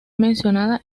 mencionada